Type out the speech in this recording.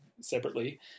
separately